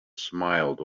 smiled